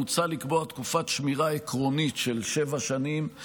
מוצע לקבוע תקופת שמירה עקרונית של שבע שנים.